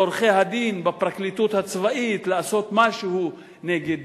עורכי-הדין בפרקליטות הצבאית לעשות משהו נגד